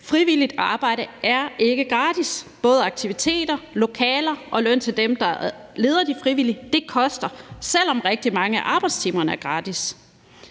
Frivilligt arbejde er ikke gratis; både aktiviteter, lokaler og løn til dem, der leder de frivillige, koster, selv om rigtig mange af arbejdstimerne er gratis.